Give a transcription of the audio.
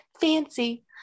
fancy